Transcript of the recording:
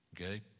Okay